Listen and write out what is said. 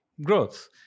growth